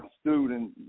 student